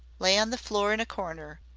lay on the floor in a corner,